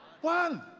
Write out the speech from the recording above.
one